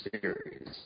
series